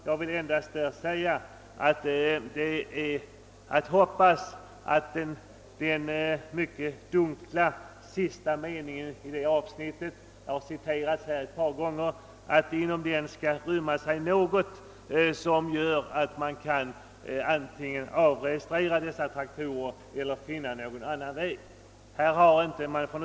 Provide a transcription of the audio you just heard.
Jag vill bara säga att jag hoppas att det i den mycket dunkla mening i utskottets skrivning, som här har citerats ett par gånger, ryms något som gör att man antingen kan avregistrera traktorerna eller hitta någon annan lösning.